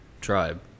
tribe